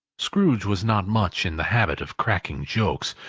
scrooge was not much in the habit of cracking jokes,